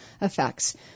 effects